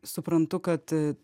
suprantu kad